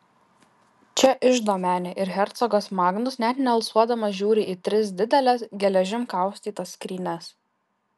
čia iždo menė ir hercogas magnus net nealsuodamas žiūri į tris dideles geležim kaustytas skrynias